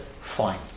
fine